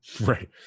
Right